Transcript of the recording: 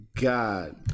god